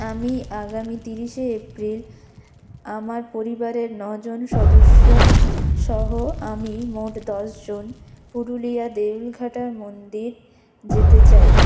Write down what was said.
আমি আগামী তিরিশে এপ্রিল আমার পরিবারের নজন সদস্য সহ আমি মোট দশ জন পুরুলিয়া দেউলঘাটার মন্দির যেতে চাই